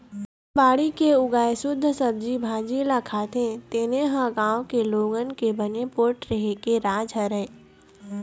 बाड़ी के उगाए सुद्ध सब्जी भाजी ल खाथे तेने ह गाँव के लोगन के बने पोठ रेहे के राज हरय